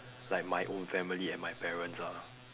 like my own family and my parents ah